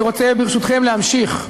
אני רוצה, ברשותכם, להמשיך.